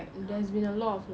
(uh huh)